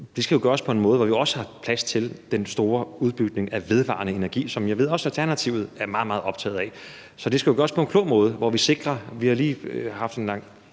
det jo gøres på en måde, hvor der også er plads til den store udbygning af vedvarende energi, som jeg ved at også Alternativet er meget, meget optaget af. Så det skal jo gøres på en klog måde. Vi har lige haft en lang